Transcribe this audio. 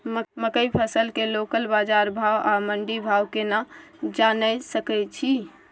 मकई फसल के लोकल बाजार भाव आ मंडी भाव केना जानय सकै छी?